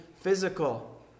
physical